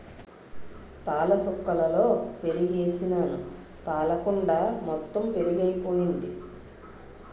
పాలసుక్కలలో పెరుగుసుకేసినాను పాలకుండ మొత్తెము పెరుగైపోయింది